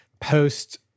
post